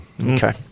Okay